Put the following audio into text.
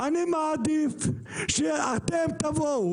אני מעדיף שאתם תבואו,